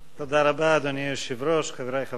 אדוני היושב-ראש, תודה רבה, חברי חברי הכנסת,